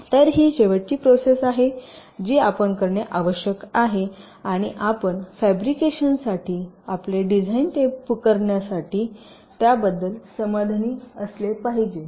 तर ही शेवटची प्रोसेस आहे जी आपण करणे आवश्यक आहे आणि आपण फॅब्रिकेशनसाठी आपले डिझाइन टेप करण्यापूर्वी आपण त्याबद्दल समाधानी असले पाहिजे